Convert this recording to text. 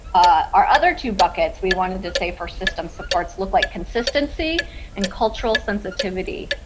our other two buckets we wanted to say for system supports, look like consistency and cultural sensitivity.